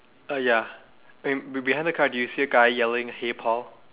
uh ya be~ behind the car do you see a guy yelling hey Paul